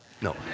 No